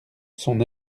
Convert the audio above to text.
son